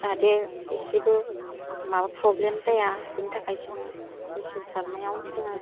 जाहाथे एसेबो माबा प्र'ब्लेम जाया बेनि थाखाय जोङो मेसिन सारनायाव जोङो